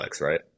right